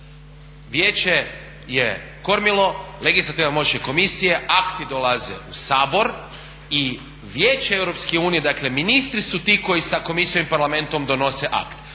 Vijeće je kormilo, legislativa je moć Komisije. Akti dolaze u Sabor i Vijeće Europske unije, dakle ministri su ti koji sa Komisijom i Parlamentom donose akt,